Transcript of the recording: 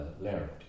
learned